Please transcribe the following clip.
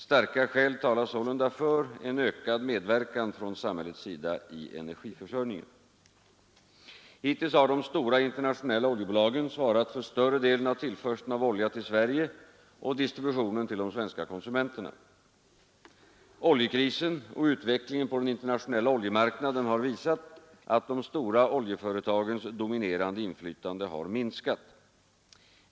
Starka skäl talar sålunda för en ökad medverkan från samhällets sida i energiförsörjningen. Hittills har de stora internationella oljebolagen svarat för större delen av tillförseln av olja till Sverige och distributionen till de svenska konsumenterna. Oljekrisen och utvecklingen på den internationella oljemarknaden har visat att de stora oljeföretagens dominerande inflytande har minskat.